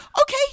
okay